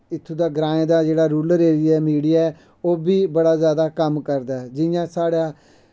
उत्थुं दा ग्राएं दा जेह्ड़ा रुलर एरिये दा मिडिया ऐ ओह्बी बड़ा जैदा कम्म करदा ऐ जि'यां साढ़ा